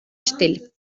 stil